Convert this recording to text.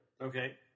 Okay